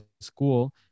school